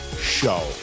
Show